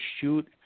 shoot